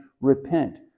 repent